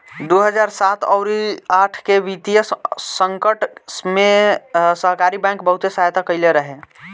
दू हजार सात अउरी आठ के वित्तीय संकट में सहकारी बैंक बहुते सहायता कईले रहे